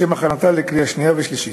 לשם הכנתה לקריאה שנייה ושלישית.